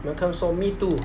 malcolm 说 me too